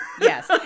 Yes